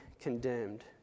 condemned